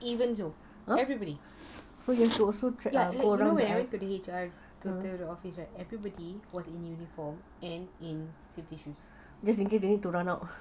even so everybody yes so you know when I enter the office right everybody was in uniform and in safety shoes